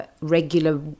regular